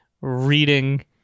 reading